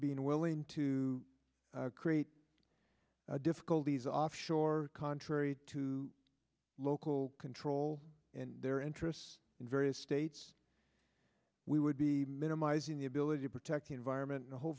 being willing to create difficulties offshore contrary to local control and their interests in various states we would be minimizing the ability to protect the environment in a whole